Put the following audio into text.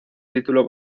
título